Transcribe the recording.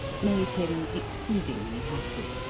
made him exceedingly happy.